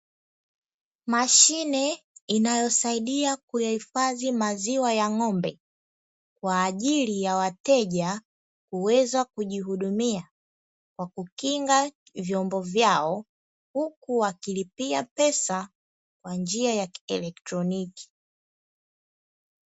Mashine inayosaidia kuyahifadhi maziwa ya ng'ombe kwa ajili ya wateja kuweza kujihudumia kwa kukinga vyombo vyao, huku wakilipia pesa kwa njia ya kielektroniki.